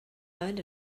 owned